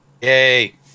Yay